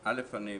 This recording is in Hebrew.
א', אני מצטרף.